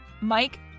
Mike